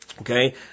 Okay